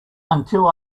until